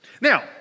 Now